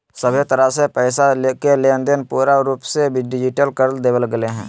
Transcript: सभहे तरह से पैसा के लेनदेन पूरा रूप से डिजिटल कर देवल गेलय हें